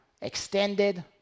extended